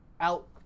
Out